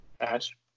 Ash